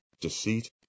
deceit